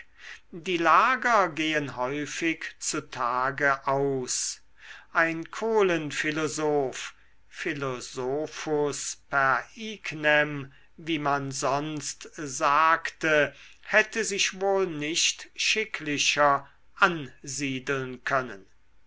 die lager gehen häufig zu tage aus ein kohlenphilosoph philosophus per ignem wie man sonst sagte hätte sich wohl nicht schicklicher ansiedeln können